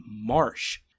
Marsh